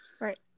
Right